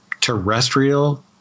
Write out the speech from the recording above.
terrestrial